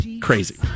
Crazy